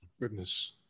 Goodness